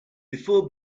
before